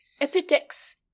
Epidex